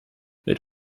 mit